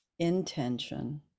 intention